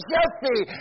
Jesse